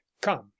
come